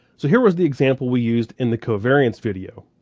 so here was the example we used in the covariance video.